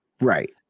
Right